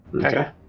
Okay